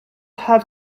have